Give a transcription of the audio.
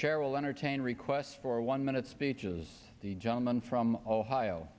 will entertain requests for a one minute speeches the gentleman from ohio